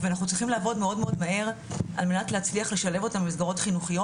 ואנחנו צריכים לעבוד ממש מהר על מנת להצליח לשלב אותם במסגרות חינוכיות.